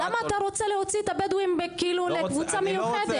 למה אתה רוצה להוציא את הבדואים כקבוצה מיוחדת?